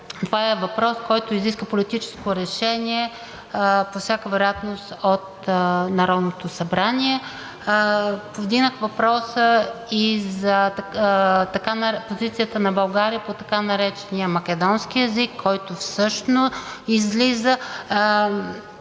това е въпрос, който изисква политическо решение по всяка вероятност от Народното събрание. Повдигнах въпроса и за позицията на България по така наречения македонски език, който също излиза